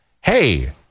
Hey